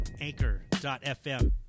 Anchor.fm